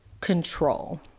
control